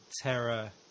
Terror